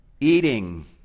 eating